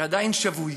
שעדיין שבוי,